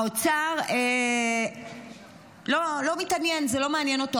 האוצר לא מתעניין, זה לא מעניין אותו.